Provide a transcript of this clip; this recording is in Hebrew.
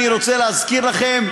אני רוצה להזכיר לכם,